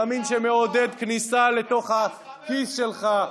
ימין שמעודד כניסה לתוך הכיס שלך,